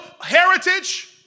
heritage